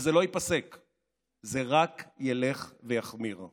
וזה לא ייפסק, זה רק ילך ויחמיר.